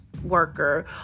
worker